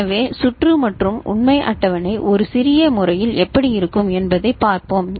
எனவே சுற்று மற்றும் உண்மை அட்டவணை ஒரு சிறிய முறையில் எப்படி இருக்கும் என்பதைப் பார்ப்போம்